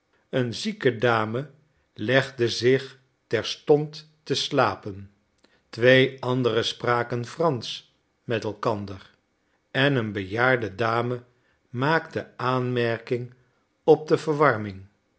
een zieke dame legde zich terstond te slapen twee andere spraken fransch met elkander en een bejaarde dame maakte aanmerking op de verwarming